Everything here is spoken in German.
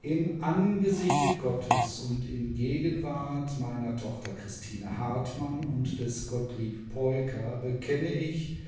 im angesichte gottes und in gegenwart meiner tochter christine hartmann und des gottlieb peuker bekenne ich